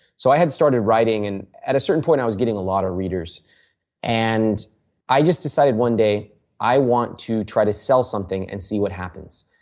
so, i had started writing and at a certain point i was getting a lot of readers and i just decided one day i want to try to sell something and see what happens.